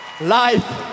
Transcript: life